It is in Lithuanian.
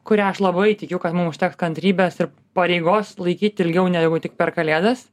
kuria aš labai tikiu kad mum užteks kantrybės ir pareigos laikyt ilgiau negu tik per kalėdas